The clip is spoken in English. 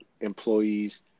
employees